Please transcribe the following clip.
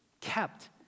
kept